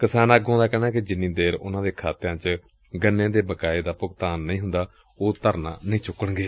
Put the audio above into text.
ਕਿਸਾਨ ਆਗੂਆਂ ਦਾ ਕਹਿਣੈ ਕਿ ਜਿੰਨੀ ਦੇਰ ਉਨੂਾਂ ਦੇ ਖਤਿਆਂ ਚ ਬਕਾਏ ਦਾ ਭੁਗਤਾਨ ਨਹੀਂ ਹੁੰਦਾ ਉਹ ਧਰਨਾ ਨਹੀਂ ਚੁੱਕਣਗੇ